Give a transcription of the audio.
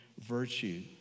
virtue